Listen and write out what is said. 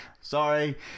Sorry